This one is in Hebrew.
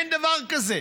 אין דבר כזה.